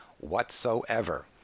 whatsoever